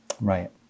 Right